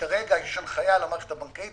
כרגע יש הנחייה למערכת הבנקאית,